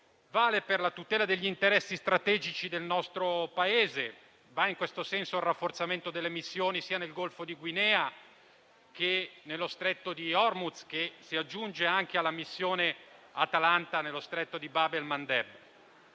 Vale per la tutela degli interessi strategici del nostro Paese: va in questo senso il rafforzamento delle missioni sia nel Golfo di Guinea che nello Stretto di Hormuz, che si aggiunge alla missione Atalanta nello Stretto di Bab el-Mandeb.